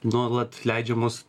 nuolat leidžiamos